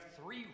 three